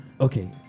okay